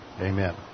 Amen